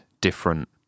different